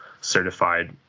certified